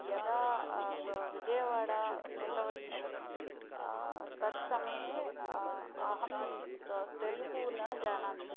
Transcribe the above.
यदा व व विजयवाडा गतवती तत्समये अहं त तेलुगु न जानामि